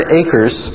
acres